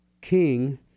king